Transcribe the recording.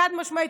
חד-משמעית,